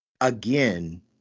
again